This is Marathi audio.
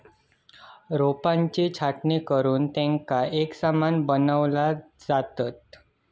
रोपांची छाटणी करुन तेंका एकसमान बनवली जातत